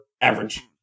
average